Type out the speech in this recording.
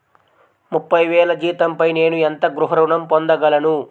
ముప్పై వేల జీతంపై నేను ఎంత గృహ ఋణం పొందగలను?